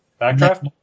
Backdraft